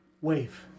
wave